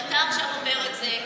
ואתה עכשיו אומר את זה.